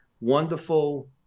wonderful